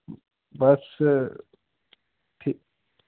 बस ठी